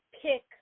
pick